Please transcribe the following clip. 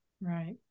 Right